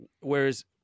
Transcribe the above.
whereas –